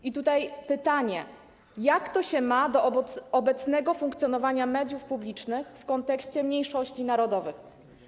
I tutaj pytanie: Jak to się ma do obecnego funkcjonowania mediów publicznych w kontekście mniejszości narodowych?